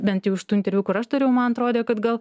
bent jau iš tų interviu kur aš dariau man atrodė kad gal